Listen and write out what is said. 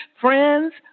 friends